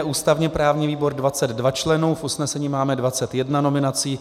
Ústavněprávní výbor 22 členů, v usnesení máme 21 nominací.